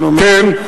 כן.